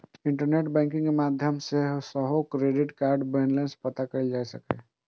internet banking के माध्यम सं सेहो क्रेडिट कार्डक बैलेंस पता कैल जा सकैए